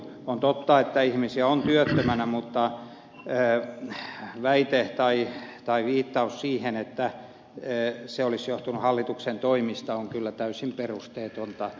on totta että ihmisiä on työttöminä mutta viittaus siihen että se olisi johtunut hallituksen toimista on kyllä täysin perusteeton